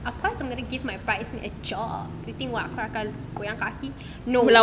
of course I'm going to give my bridesmaid a job you think what aku akan goyang kaki